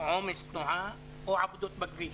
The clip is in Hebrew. עומס תנועה או עבודות בכביש,